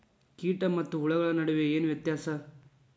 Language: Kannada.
ಕೇಟ ಮತ್ತು ಹುಳುಗಳ ನಡುವೆ ಏನ್ ವ್ಯತ್ಯಾಸ?